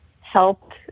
helped